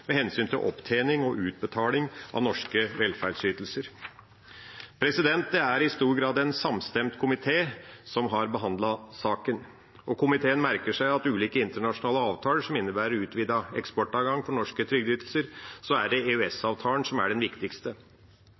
med hensyn til opptjening og utbetaling av norske velferdsytelser. Det er i stor grad en samstemt komité som har behandlet saken. Komiteen merker seg at av ulike internasjonale avtaler som innebærer utvidet eksportadgang for norske trygdeytelser, er EØS-avtalen den viktigste. Komiteen merker seg videre at regjeringa fastslår: «De begrensningene i handlingsrommet som